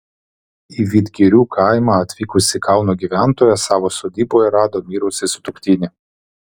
į vidgirių kaimą atvykusi kauno gyventoja savo sodyboje rado mirusį sutuoktinį